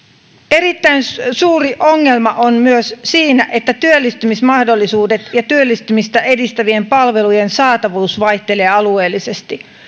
erittäin suuri ongelma on myös siinä että työllistymismahdollisuudet ja työllistymistä edistävien palvelujen saatavuus vaihtelee alueellisesti